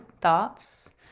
thoughts